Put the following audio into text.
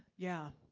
yeah.